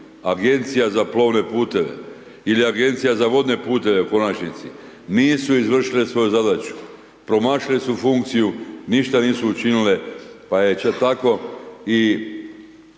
Agencija za plovne puteve ili Agencija za vodne puteve u konačnici, nisu izvršile svoju zadaću, promašile su funkciju, ništa nisu učinile, pa je tako i